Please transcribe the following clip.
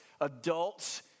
adults